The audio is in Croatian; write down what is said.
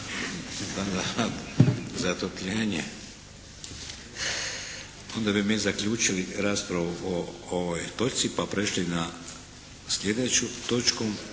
se ne čuje./… Onda bi mi zaključili raspravu o ovoj točci pa prešli na slijedeću točku.